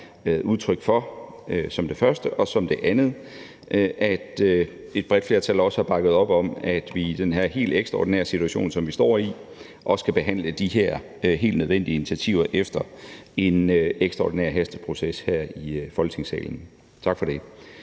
udtryk for, og som det andet, at et bredt flertal også har bakket op om, at vi i den her helt ekstraordinære situation, som vi står i, også kan behandle de her helt nødvendige initiativer efter en ekstraordinær hasteproces her i Folketingssalen. Tak for det.